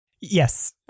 Yes